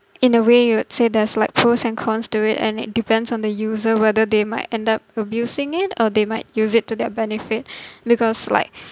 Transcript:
in a way you would say there's like pros and cons to it and it depends on the user whether they might end up abusing it or they might use it to their benefit because like